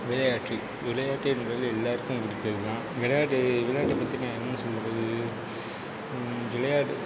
விளையாட்டு விளையாட்டு என்பது எல்லாருக்கும் உரித்ததுதான் விளையாட்டு விளையாட்டை பற்றி நான் என்னன்னு சொல்கிறது விளையாட்டு